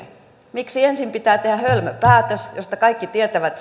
miksi ensin pitää tehdä hölmö päätös josta kaikki tietävät